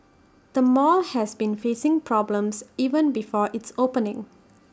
the mall has been facing problems even before its opening